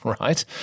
right